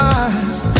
eyes